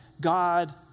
God